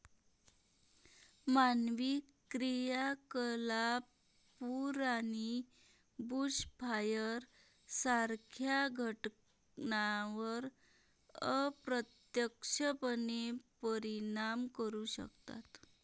मानवी क्रियाकलाप पूर आणि बुशफायर सारख्या घटनांवर अप्रत्यक्षपणे परिणाम करू शकतात